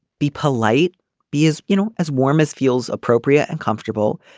be polite be as you know as warm as feels appropriate and comfortable.